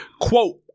Quote